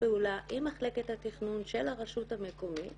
פעולה עם מחלקת התכנון של הרשות המקומית